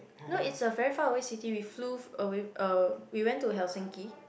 no it's a very faraway city we flew away uh we went to Helsinki